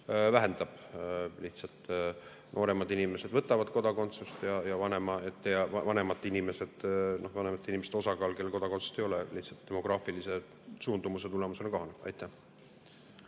vähendab. Lihtsalt nooremad inimesed võtavad kodakondsuse ja vanemate inimeste osakaal, kellel kodakondsust ei ole, demograafilise suundumuse tõttu kahaneb. Aitäh!